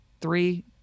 three